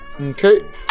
Okay